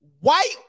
white